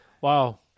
Wow